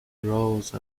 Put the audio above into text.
rose